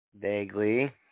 vaguely